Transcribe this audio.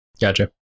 Gotcha